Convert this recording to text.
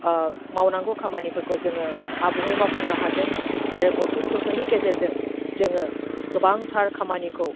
मावनांगौ खामानिफोरखौ जोङो आबुङै मावफुंनो हादों आरो मोब्लिब गोहोनि गेजेरजों जोङो गोबांथार खामानिखौ